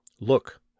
Look